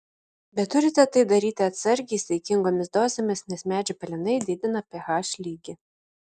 bet turite tai daryti atsargiai saikingomis dozėmis nes medžio pelenai didina ph lygį